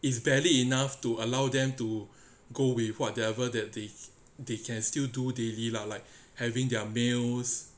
is barely enough to allow them to go away with whatever they can still do daily lah like having their meals